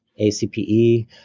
ACPE